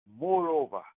Moreover